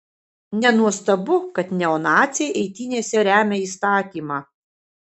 nenuostabu kad neonaciai eitynėse remia įstatymą